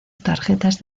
tarjetas